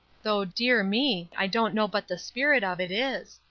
though, dear me! i don't know but the spirit of it is.